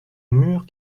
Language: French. mur